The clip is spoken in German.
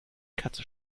katze